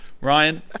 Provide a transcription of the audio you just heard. Ryan